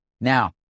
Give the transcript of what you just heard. Now